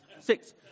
six